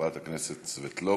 חברת הכנסת סבטלובה,